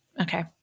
Okay